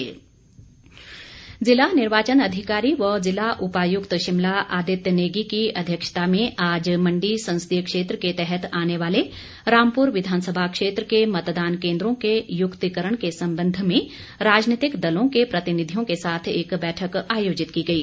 बैठक जिला निर्याचन अधिकारी व ज़िला उपायुक्त शिमला आदित्य नेगी की अध्यक्षता में आज मंडी संसदीय क्षेत्र के तहत आने वाले रामपुर विधानसभा क्षेत्र के मतदान केंद्रों के युक्तिकरण के संबंध में राजनीतिक दलों के प्रतिनिधियों के साथ एक बैठक आयोजित की गई